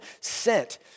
sent